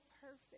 perfect